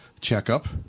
checkup